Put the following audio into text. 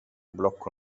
blocco